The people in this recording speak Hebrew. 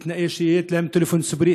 שיהיה להם טלפון ציבורי,